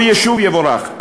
כל יישוב יבורך.